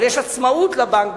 אבל יש עצמאות לבנק,